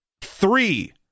three